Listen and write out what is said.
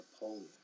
Napoleon